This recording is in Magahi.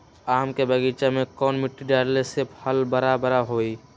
आम के बगीचा में कौन मिट्टी डाले से फल बारा बारा होई?